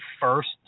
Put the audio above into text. first